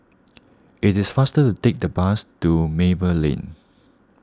it is faster to take the bus to Maple Lane